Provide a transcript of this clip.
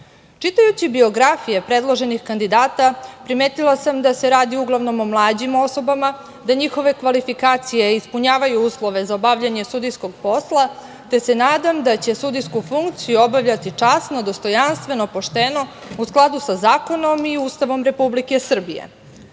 radu. Čitajući biografije predloženih kandidata primetila sam da se radi uglavnom o mlađim osobama, da njihove kvalifikacije ispunjavaju uslove za obavljenje sudijskog posla, te se nadam da će sudijsku funkciju obavljati časno, dostojanstveno, pošteno u skladu sa zakonom i Ustavom Republike Srbije. Pred